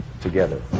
together